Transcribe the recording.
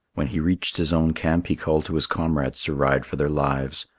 when he reached his own camp, he called to his comrades to ride for their lives.